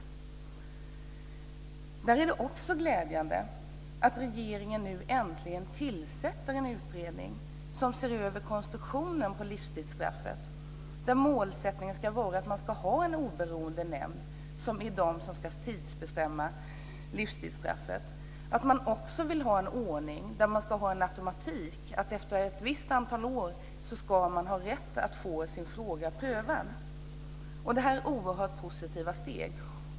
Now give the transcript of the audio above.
I fråga om detta är det också glädjande att regeringen nu äntligen tillsätter en utredning som ser över livstidsstraffets konstruktion, där målsättningen ska vara att man ska ha en oberoende nämnd som ska tidsbestämma livstidsstraffet. Man vill också ha en ordning med automatik, dvs. att den dömde efter ett visst antal år ska ha rätt att få sin fråga prövad. Detta är oerhört positiva steg.